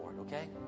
okay